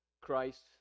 Christ